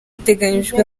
biteganyijwe